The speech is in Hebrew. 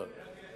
הוא לא ישתפר.